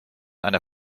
einer